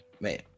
man